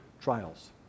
trials